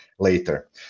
Later